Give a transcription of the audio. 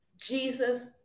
Jesus